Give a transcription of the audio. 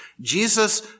Jesus